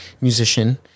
musician